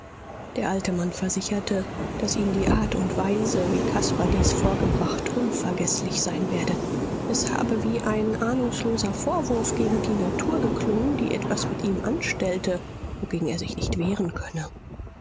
der alte mann versicherte daß ihm die art und weise wie caspar dies vorgebracht unvergeßlich sein werde es habe wie ein ahnungsloser vorwurf gegen die natur geklungen die etwas mit ihm anstellte wogegen er sich nicht wehren könne